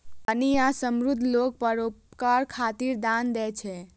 धनी आ समृद्ध लोग परोपकार खातिर दान दै छै